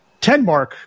Tenmark